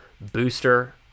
booster